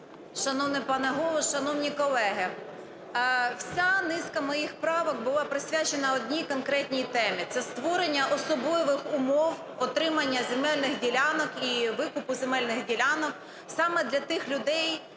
Шановний пане Голово, шановні колеги, вся низка моїх правок була присвячена одній конкретній темі – це створення особливих умов отримання земельних ділянок і викупу земельних ділянок саме для тих людей,